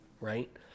right